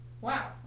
wow